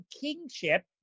kingship